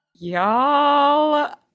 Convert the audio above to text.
Y'all